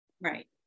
Right